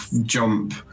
jump